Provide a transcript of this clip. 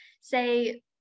say